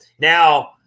Now